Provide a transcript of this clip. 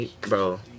Bro